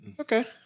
Okay